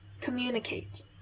Communicate